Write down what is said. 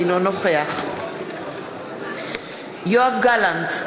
אינו נוכח יואב גלנט,